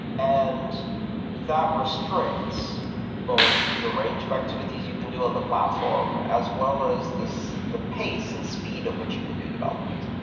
and that restricts both the range of activities you can do on the platform, as well as the pace and speed at which you can do development.